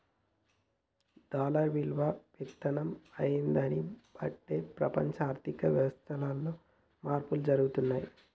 dollar విలువ పతనం అయ్యేదాన్ని బట్టే ప్రపంచ ఆర్ధిక వ్యవస్థలో మార్పులు జరుగుతయి